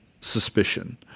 suspicion